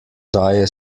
daje